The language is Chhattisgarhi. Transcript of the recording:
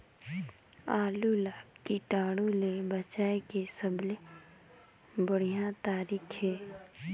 आलू ला कीटाणु ले बचाय के सबले बढ़िया तारीक हे?